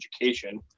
education